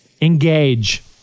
Engage